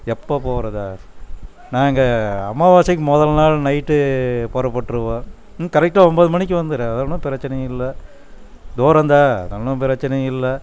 எப்போ போகிறதா நாங்கள் அமாவாசைக்கு முதல் நாள் நைட் புறப்பட்ருவோம் ம் கரெக்டாக ஒன்பது மணிக்கு வந்துரும் அது ஒன்றும் பிரச்சனை இல்லை தூரந்தான் அதெலாம் பிரச்சனை இல்லை